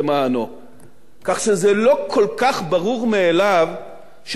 כך שזה לא כל כך ברור מאליו שממשלה נחלצת